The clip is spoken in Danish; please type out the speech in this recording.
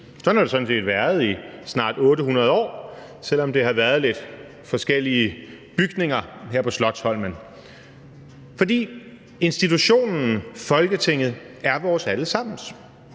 Sådan har det sådan set været i snart 800 år, selv om der har været lidt forskellige bygninger her på Slotsholmen. For institutionen Folketinget er vores alle sammens.